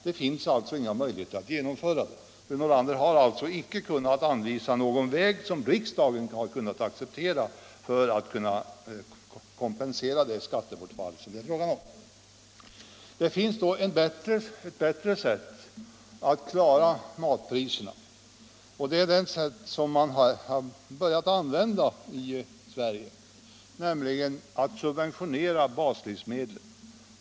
Det finns alltså inga möjligheter att genomföra det. Fru Nordlander har inte kunnat påvisa någon för riksdagen acceptabel väg att kompensera det skattebortfall som det blir fråga om. Ett bättre sätt att klara matpriserna är den metod som man har börjat använda i Sverige, nämligen att subventionera baslivsmedlen.